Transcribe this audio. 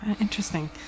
interesting